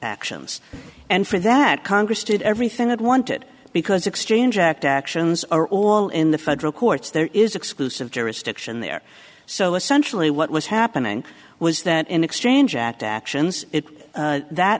actions and for that congress did everything it wanted because exchange act actions are all in the federal courts there is exclusive jurisdiction there so essentially what was happening was that in exchange at actions it that